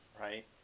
Right